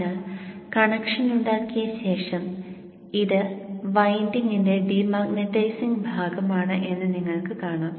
അതിനാൽ കണക്ഷൻ ഉണ്ടാക്കിയ ശേഷം ഇത് വൈൻഡിംഗിന്റെ ഡീമാഗ്നെറ്റൈസിംഗ് ഭാഗമാണ് എന്ന് നിങ്ങൾക്ക് കാണാം